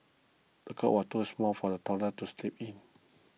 the cot was too small for the toddler to sleep in